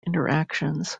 interactions